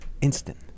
Instant